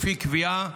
לפי קביעה,